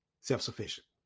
Self-sufficient